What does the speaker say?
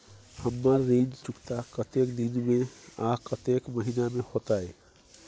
हमर ऋण चुकता कतेक दिन में आ कतेक महीना में होतै?